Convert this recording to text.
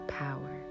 power